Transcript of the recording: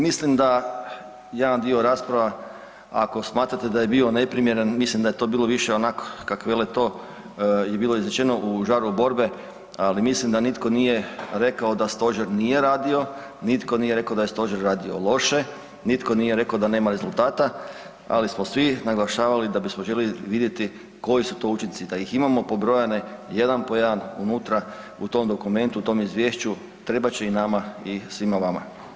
Mislim da jedan dio rasprava ako smatrate da je bio neprimjeren mislim da je to bilo onak kak vele to je bilo izrečeno u žaru borbe, ali mislim da nitko nije rekao da stožer nije radio, nitko nije rekao da je stožer radio loše, nitko nije rekao da nema rezultata, ali smo svi naglašavali da bismo željeli vidjeti koji su to učinci, da ih imamo pobrojane jedan po jedan, unutra u tom dokumentu, u tom izvješću, trebat će i nama i svima vama.